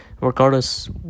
Regardless